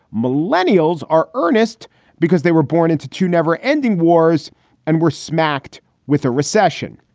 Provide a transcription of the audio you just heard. millennials are earnest because they were born into two never ending wars and were smacked with a recession.